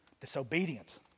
disobedient